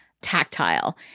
tactile